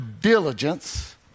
diligence